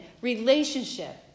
relationship